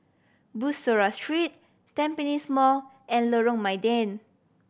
Bussorah Street Tampines Mall and Lorong Mydin